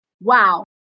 wow